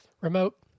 remote